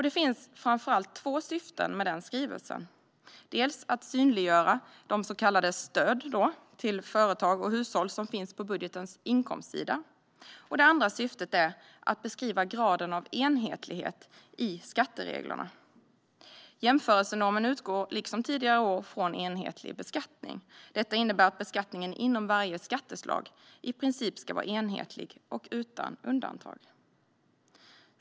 Det finns framför allt två syften med denna skrivelse. Det ena syftet är att synliggöra de så kallade stöd till företag och hushåll som finns på budgetens inkomstsida. Det andra syftet är att beskriva graden av enhetlighet i skattereglerna. Jämförelsenormen utgår, liksom tidigare år, från enhetlig beskattning. Detta innebär att beskattningen inom varje skatteslag i princip ska vara enhetlig och utan undantag.